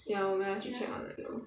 ya 我们要去 check online